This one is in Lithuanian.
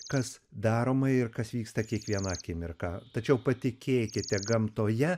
kas daroma ir kas vyksta kiekvieną akimirką tačiau patikėkite gamtoje